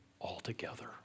altogether